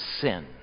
sin